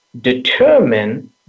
determine